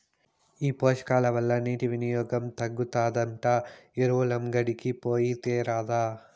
ఈ పోషకాల వల్ల నీటి వినియోగం తగ్గుతాదంట ఎరువులంగడికి పోయి తేరాదా